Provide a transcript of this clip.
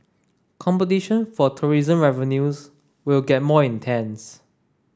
competition for tourism revenues will get more intense